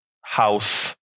House